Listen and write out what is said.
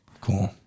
Cool